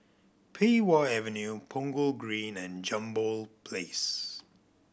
Pei Wah Avenue Punggol Green and Jambol Place